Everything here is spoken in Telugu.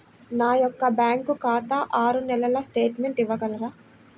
నా యొక్క బ్యాంకు ఖాతా ఆరు నెలల స్టేట్మెంట్ ఇవ్వగలరా?